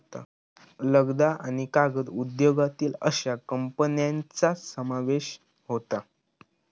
लगदा आणि कागद उद्योगातील अश्या कंपन्यांचा समावेश होता